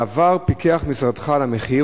בעבר פיקח משרדך על המחיר,